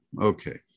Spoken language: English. Okay